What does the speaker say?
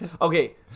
Okay